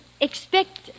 expect